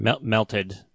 Melted